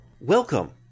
Welcome